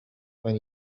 when